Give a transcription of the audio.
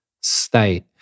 state